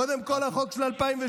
קודם כול, החוק של 2008,